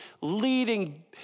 leading